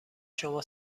شما